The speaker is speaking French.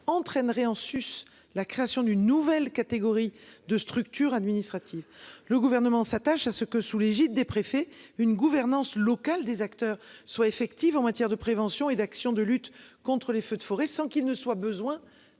entraînerait en sus la création d'une nouvelle catégorie de structures administratives. Le Gouvernement souhaite que, sous l'égide des préfets, la gouvernance locale des acteurs soit effective en matière de prévention et d'action de lutte contre les feux de forêt sans qu'il soit besoin